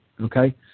okay